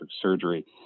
surgery